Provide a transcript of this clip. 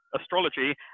astrology